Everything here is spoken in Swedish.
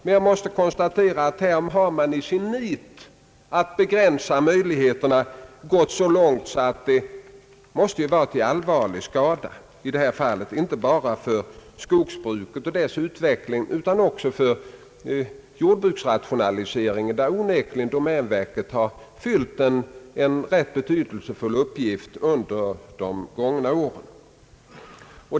Men jag måste konstatera att här har man i sitt nit att begränsa möjligheterna gått så långt, att det måste vara till allvarlig skada inte bara för skogsbruket och dess utveckling, utan också för jordbruksrationaliseringen, där onekligen domänverket har fyllt en rätt betydelsefull uppgift under de gångna åren.